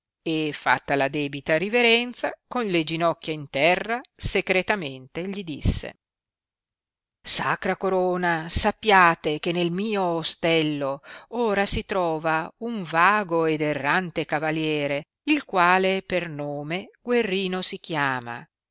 e fatta la debita riverenza con le ginocchia in terra secretamente gli disse sacra corona sappiate che nel mio ostello ora si trova un vago ed errante cavaliere il quale per nome guerrino si chiama